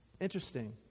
Interesting